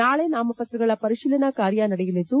ನಾಳೆ ನಾಮಪ್ರತಗಳ ಪರಿಶೀಲನೆ ಕಾರ್ಯ ನಡೆಯಲಿದ್ದು